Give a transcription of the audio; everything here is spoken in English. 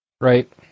Right